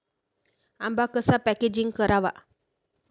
आंबा कसा पॅकेजिंग करावा?